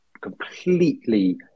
completely